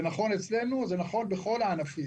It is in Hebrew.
זה נכון אצלנו, זה נכון בכל הענפים